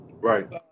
right